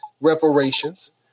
reparations